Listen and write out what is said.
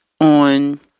on